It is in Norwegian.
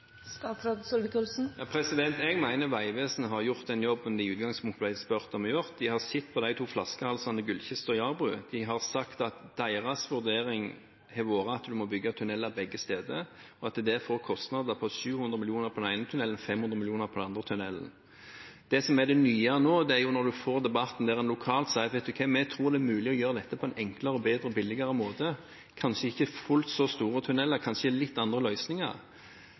Jeg mener Vegvesenet har gjort den jobben de i utgangspunktet ble spurt om å gjøre – de har sett på de to flaskehalsene Gullkista og Jarbrugda. De har sagt at deres vurdering har vært at en må bygge tunnel begge steder, og at det vil gi en kostnad på 700 mill. kr for den ene tunnelen og 500 mill. kr for den andre tunnelen. Det som er det nye nå, er at en får debatten der en lokalt sier at en tror det er mulig å gjøre dette på en enklere, bedre og billigere måte – kanskje ikke fullt så store tunneler, kanskje litt andre løsninger.